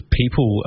people